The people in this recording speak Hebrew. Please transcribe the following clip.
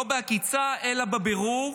לא בעקיצה אלא בבירור,